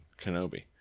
Kenobi